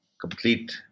complete